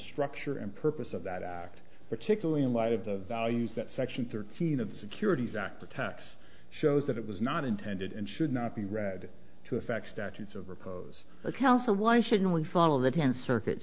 structure and purpose of that act particularly in light of the values that section thirteen of the securities act or tax shows that it was not intended and should not be read to affect statutes of repose account for why shouldn't we follow the tenth circuit